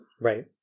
Right